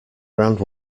around